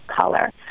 color